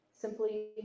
simply